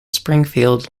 springfield